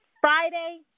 Friday